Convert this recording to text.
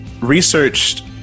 researched